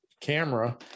camera